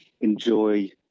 enjoy